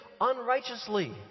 unrighteously